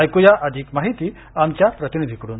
ऐकूया अधिक माहिती आमच्या प्रतिनिधीकडून